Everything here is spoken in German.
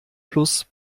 plus